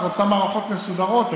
רוצה מערכות מסודרות,